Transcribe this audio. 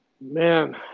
Man